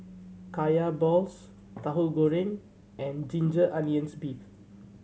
Kaya balls Tauhu Goreng and ginger onions beef